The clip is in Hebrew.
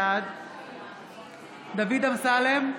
בעד דוד אמסלם,